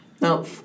No